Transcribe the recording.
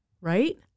right